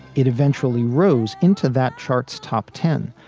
it eventually rose into that charts top ten,